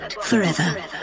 Forever